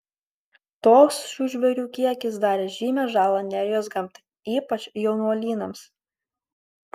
toks šių žvėrių kiekis darė žymią žalą nerijos gamtai ypač jaunuolynams